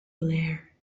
blair